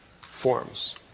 forms